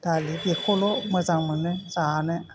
दालि बेखौल' मोजां मोनो जानो